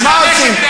אז מה עושים?